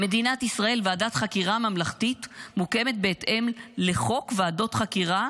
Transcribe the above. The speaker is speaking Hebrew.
במדינת ישראל ועדת חקירה ממלכתית מוקמת בהתאם לחוק ועדות חקירה,